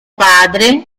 padre